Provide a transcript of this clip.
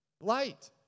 light